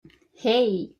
hey